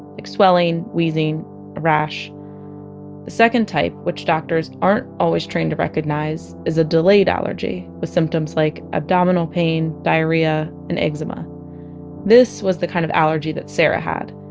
like swelling, wheezing, and rash the second type which doctors aren't always trained to recognize is a delayed allergy, with symptoms like abdominal pain, diarrhoea and eczema this was the kind of allergy that sarah had,